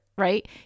Right